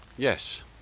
Yes